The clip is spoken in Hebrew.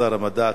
כשר המדע,